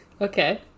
Okay